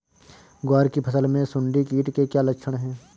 ग्वार की फसल में सुंडी कीट के क्या लक्षण है?